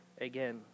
again